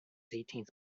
eighteenth